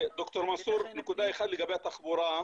רק, ד"ר מנסור, נקודה אחת לגבי התחבורה.